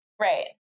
Right